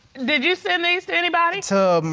did you send these to anybody? to,